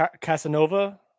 Casanova